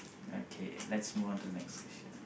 okay let's move on to the next question